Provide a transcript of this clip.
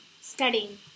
studying